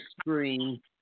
screen